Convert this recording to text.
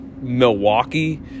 Milwaukee